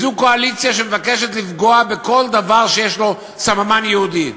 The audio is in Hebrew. זו קואליציה שמבקשת לפגוע בכל דבר שיש לו סממן יהודי.